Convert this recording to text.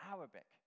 Arabic